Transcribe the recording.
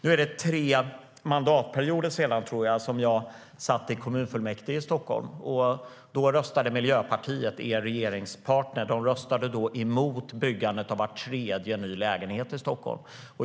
Nu är det tre mandatperioder sedan jag satt i kommunfullmäktige i Stockholm. Då röstade Miljöpartiet, er regeringspartner, emot byggandet av var tredje ny lägenhet i Stockholm.